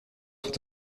sont